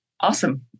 awesome